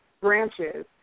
branches